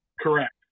Correct